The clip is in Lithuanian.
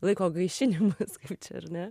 laiko gaišinimas kaip čia ar ne